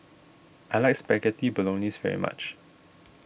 I like Spaghetti Bolognese very much